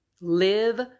live